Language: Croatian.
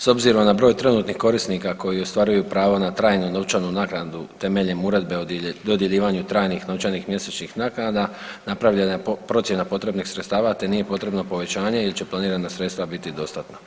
S obzirom na broj trenutnih korisnika koji ostvaruju pravo na trajnu novčanu naknadu temeljem Uredbe o dodjeljivanju trajnih novčanih mjesečnih naknada napravljena je procjena potrebnih sredstava te nije potrebno povećanje jer će planirana sredstva biti dostatna.